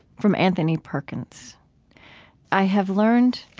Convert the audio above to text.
from anthony perkins i have learned